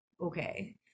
okay